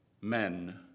men